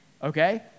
Okay